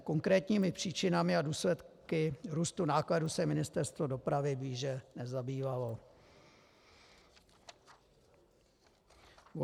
Konkrétními příčinami a důsledky růstu nákladů se Ministerstvo dopravy blíže nezabývalo.